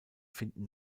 finden